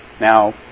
Now